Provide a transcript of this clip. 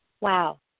Wow